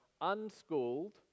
unschooled